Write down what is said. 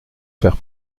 faire